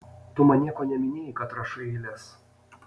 tu man nieko neminėjai kad rašai eiles